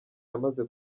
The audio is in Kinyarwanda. yamaze